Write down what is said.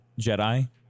Jedi